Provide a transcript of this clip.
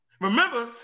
Remember